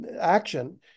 action